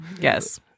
Yes